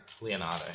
Leonardo